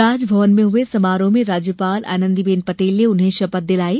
राजभवन में हुए समारोह में राज्यपाल आनंदीबेन पटेल ने उन्हें शपथ दिलायी